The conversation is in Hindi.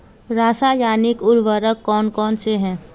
रासायनिक उर्वरक कौन कौनसे हैं?